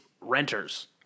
renters